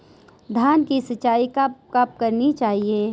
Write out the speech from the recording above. धान की सिंचाईं कब कब करनी चाहिये?